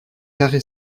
carré